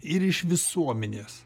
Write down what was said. ir iš visuomenės